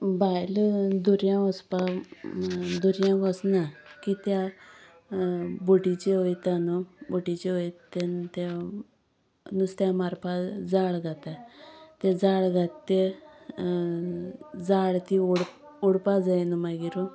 बायलो दर्यां वचपाक दर्यां वचना कित्याक बोटीचे वता न्हय बोटीचे वता तेन्ना ते नुस्त्या मारपाक जाळ घालता तें जाळ घात ते जाळ ती ओड ओडपाक जाय न्हय मागीर